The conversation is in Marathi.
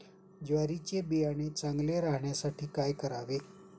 ज्वारीचे बियाणे चांगले राहण्यासाठी काय करावे?